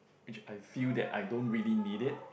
which I feel that I don't really need it